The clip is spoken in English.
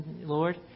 Lord